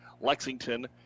Lexington